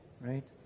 Right